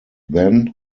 then